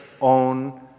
own